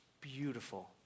beautiful